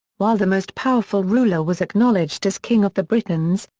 while the most powerful ruler was acknowledged as king of the britons,